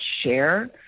share